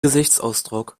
gesichtsausdruck